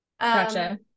Gotcha